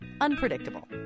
unpredictable